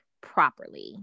properly